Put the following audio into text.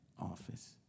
office